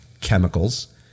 chemicals